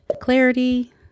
clarity